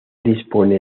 dispone